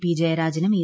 P ജയരാജനും A